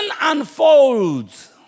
unfolds